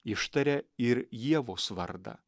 ištaria ir ievos vardą